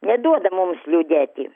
neduoda mums liūdėti